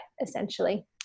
essentially